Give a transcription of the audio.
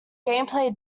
gameplay